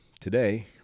Today